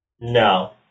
No